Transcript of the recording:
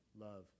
love